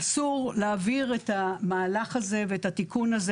אסור להעביר את המהלך הזה ואת התיקון הזה,